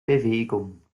bewegung